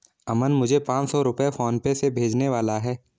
अमन मुझे पांच सौ रुपए फोनपे से भेजने वाला है